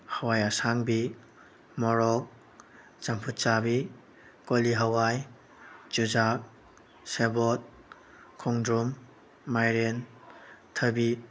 ꯍꯋꯥꯏ ꯑꯁꯥꯡꯕꯤ ꯃꯣꯔꯣꯛ ꯆꯝꯐꯨꯠ ꯆꯥꯕꯤ ꯀꯣꯂꯤ ꯍꯋꯥꯏ ꯆꯨꯖꯥꯛ ꯁꯦꯕꯣꯠ ꯈꯣꯡꯗ꯭ꯔꯨꯝ ꯃꯥꯏꯔꯦꯟ ꯊꯕꯤ